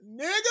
Nigga